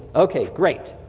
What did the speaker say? okay, great.